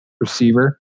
receiver